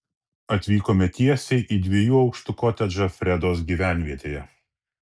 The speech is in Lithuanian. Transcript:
atvykome tiesiai į dviejų aukštų kotedžą fredos gyvenvietėje